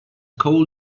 coal